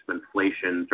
inflation